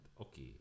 okay